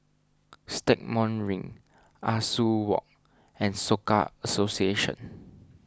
Stagmont Ring Ah Soo Walk and Soka Association